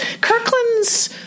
Kirkland's